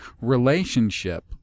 relationship